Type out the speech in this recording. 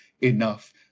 enough